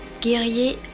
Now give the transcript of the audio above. guerrier